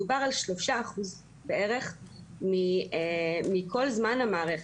מדובר על 3% בערך מכל זמן המערכת.